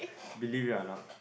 believe it or not